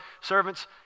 servants